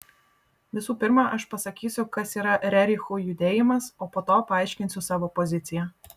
visų pirma aš pasakysiu kas yra rerichų judėjimas o po to paaiškinsiu savo poziciją